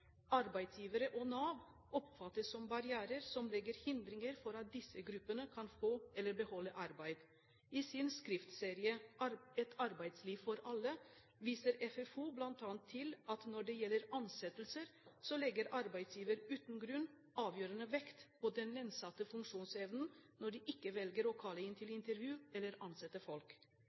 Arbeidsgivere og Nav oppfattes som barrierer som legger hindringer for at disse gruppene kan få eller beholde arbeid. I sin skriftserie «Et arbeidsliv for alle?» viser FFO bl.a. til at når det gjelder ansettelser, så legger arbeidsgiver uten grunn avgjørende vekt på den nedsatte funksjonsevnen når de ikke velger å kalle inn til intervju eller ansette